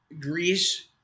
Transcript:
Greece